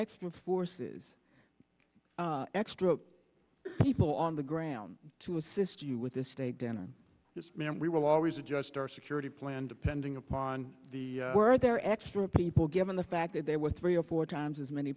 extra forces extra people on the ground to assist you with this state dinner yes ma'am we will always adjust our security plan depending upon the were there extra people given the fact that there were three or four times as many